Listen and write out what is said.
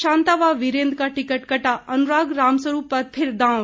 शांता व वीरेंद्र का टिकट कटा अनुराग रामस्वरूप पर फिर दांव